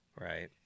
right